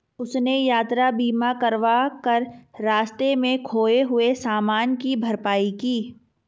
उसने यात्रा बीमा करवा कर रास्ते में खोए हुए सामान की भरपाई की